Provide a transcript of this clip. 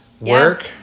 work